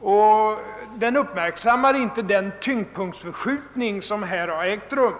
och uppmärksammar inte den tyngdpunktsförskjutning som har ägt rum.